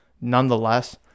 nonetheless